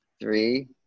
three